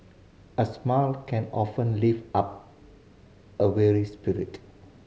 a smile can often lift up a weary spirit